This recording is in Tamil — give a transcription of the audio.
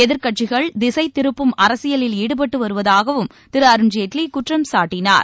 எதிர்க்கட்சிகள் திசை திருப்பும் அரசியலில் ஈடுபட்டு வருவதாகவும் திரு அருண்ஜேட்வி குற்றம் சாட்டினார்